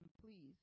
please